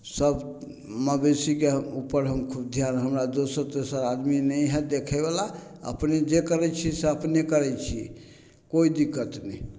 सब मवेशीके उपर हम धिआन हमरा दोसर तेसर आदमी नहि हइ देखैवला अपने जे करै छिए से अपने करै छिए कोइ दिक्कत नहि